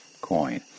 coin